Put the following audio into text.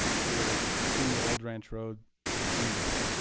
if you were to continue old ranch road to the east,